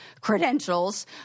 credentials